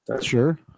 Sure